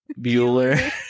Bueller